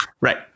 Right